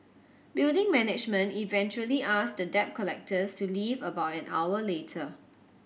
building management eventually asked the debt collectors to leave about an hour later